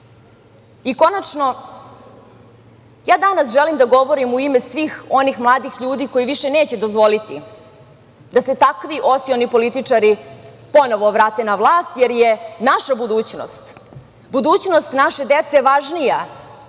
Beograda. Konačno, ja danas želim da govorim u ime svih onih mladih ljudi koji više neće dozvoliti da se takvi osioni političari ponovo vrate na vlast, jer je naša budućnost, budućnost naše dece važnija